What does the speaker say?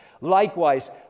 likewise